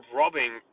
robbing